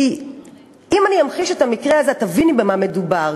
כי אם אני אמחיש את המקרה הזה את תביני במה מדובר,